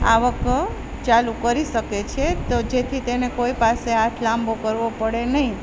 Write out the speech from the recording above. આવક ચાલુ કરી શકે છે તો જેથી તેને કોઈ પાસે હાથ લાંબો કરવો પડે નહીં